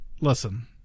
listen